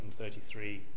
133